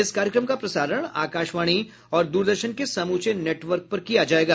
इस कार्यक्रम का प्रसारण आकाशवाणी और दूरदर्शन के समूचे नेटवर्क पर किया जाएगा